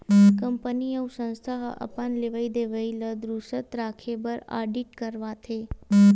company अउ संस्था ह अपन लेवई देवई ल दुरूस्त राखे बर आडिट करवाथे